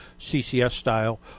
CCS-style